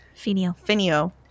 Finio